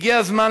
הגיע הזמן,